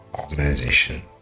organization